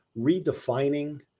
redefining